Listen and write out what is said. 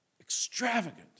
extravagant